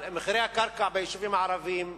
אבל מחירי הקרקע ביישובים הערביים,